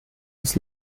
ist